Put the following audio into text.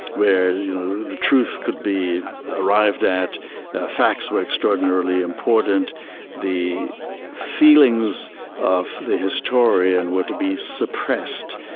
where you know the truth could be arrived at facts were extraordinarily important the feelings of the historian were to be suppressed.